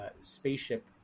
spaceship